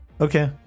okay